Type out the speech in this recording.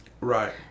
Right